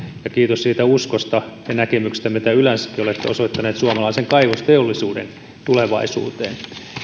ja kiitos siitä uskosta ja näkemyksestä mitä yleensäkin olette osoittaneet suomalaisen kaivosteollisuuden tulevaisuuteen